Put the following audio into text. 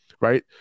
right